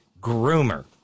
groomer